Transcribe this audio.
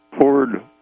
poured